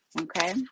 okay